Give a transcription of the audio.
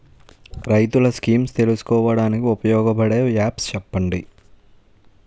రైతులు స్కీమ్స్ తెలుసుకోవడానికి ఉపయోగపడే యాప్స్ చెప్పండి?